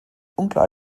unklar